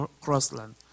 Crossland